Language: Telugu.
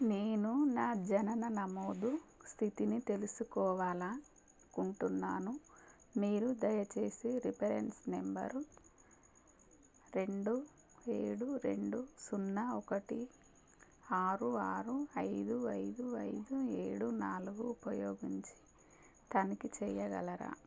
నేను నా జనన నమోదు స్థితిని తెలుసుకోవాలి అనుకుంటున్నాను మీరు దయచేసి రిపరెన్స్ నంబరు రెండు ఏడు రెండు సున్నా ఒకటి ఆరు ఆరు ఐదు ఐదు ఐదు ఏడు నాలుగు ఉపయోగించి తనిఖీ చెయ్యగలరా